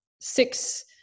six